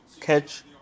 catch